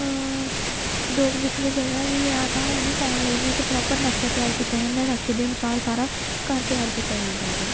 ਦੋ ਕੁ ਵਿਸਵੇ ਜਗ੍ਹਾ ਵੀ ਆ ਤਾਂ ਉਹਨੂੰ ਪਾਉਣ ਲਈ ਵੀ ਇੱਕ ਪ੍ਰੋਪਰ ਨਕਸ਼ਾ ਤਿਆਰ ਕੀਤਾ ਜਾਂਦਾ ਨਕਸ਼ੇ ਦੇ ਅਨੁਸਾਰ ਸਾਰਾ ਘਰ ਤਿਆਰ ਕੀਤਾ ਜਾਂਦਾ ਹੈਗਾ